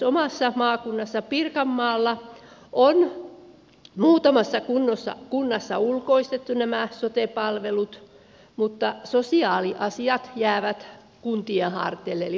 omassa maakunnassani pirkanmaalla on muutamassa kunnassa ulkoistettu nämä sote palvelut mutta sosiaaliasiat jäävät kuntien harteille eli vain terveyspalvelut on